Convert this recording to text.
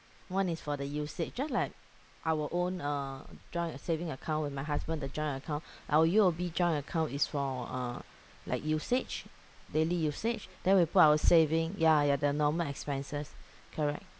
one is for the usage ah like our own uh joint saving account with my husband the joint account our U_O_B joint account is for uh like usage daily usage then we put our saving ya ya the normal expenses correct